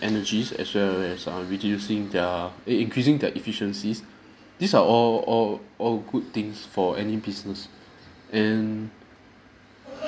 energies as well as err reducing their eh increasing their efficiencies these are all all all good things for any business and